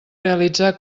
realitzar